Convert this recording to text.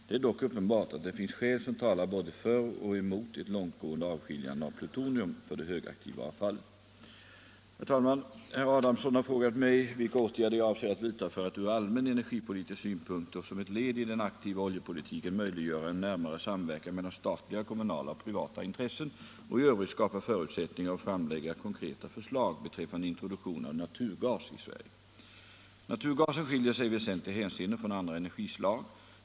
Det är dock uppenbart att det finns skäl som talar både för och emot ett långtgående avskiljande av plutonium från det högaktiva avfallet. Herr talman! Herr Adamsson har frågat mig vilka åtgärder jag avser att vidta för att ur allmän energipolitisk synpunkt och som ett led i - Nr 92 den aktiva oljepolitiken möjliggöra en närmare samverkan mellan stat Tisdagen den liga, kommunala och privata intressen och i övrigt skapa förutsättningar 27 maj 1975 och framlägga konkreta förslag beträffande introduktion av naturgas i Sverige. Energihushåll Naturgasen skiljer sig i väsentliga hänseenden från andra energislag. ningen, m.m.